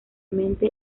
mente